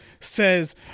says